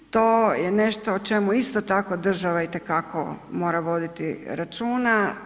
To je nešto o čemu isto tako država itekako mora voditi računa.